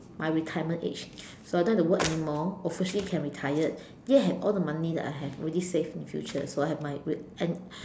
my retirement age so I don't have to work anymore obviously can retired yet have all the money that I have already saved in the future so I have my and